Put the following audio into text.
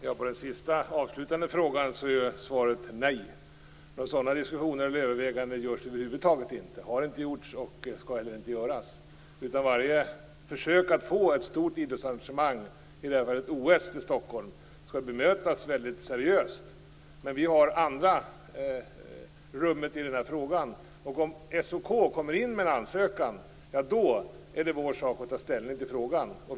Fru talman! På den avslutande frågan är svaret nej. Några sådana diskussioner eller överväganden görs över huvud taget inte, de har inte gjorts och skall inte heller göras. Varje försök att få ett stort idrottsarrangemang, i det här fallet ett OS, till Stockholm skall bemötas mycket seriöst. Men vi har andra rummet i den här frågan. Om SOK kommer in med en ansökan är det vår sak att ta ställning till frågan.